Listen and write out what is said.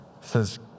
says